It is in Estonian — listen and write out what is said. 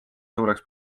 suureks